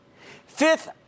Fifth